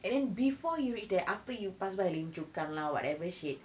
and then before you reach there after you pass by lim chu kang lah whatever shit